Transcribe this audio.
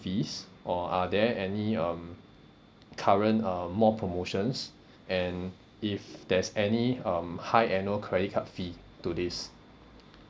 fees or are there any um current uh more promotions and if there's any um high annual credit card fee to this